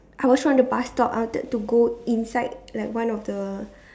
I was on the bus stop I wanted to go inside like one of the